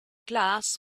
glass